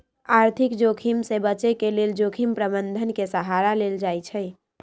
आर्थिक जोखिम से बचे के लेल जोखिम प्रबंधन के सहारा लेल जाइ छइ